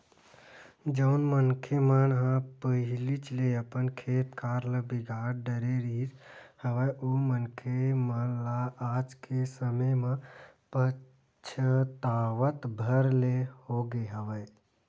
जउन मनखे मन ह पहिलीच ले अपन खेत खार ल बिगाड़ डरे रिहिस हवय ओ मनखे मन ल आज के समे म पछतावत भर ले होगे हवय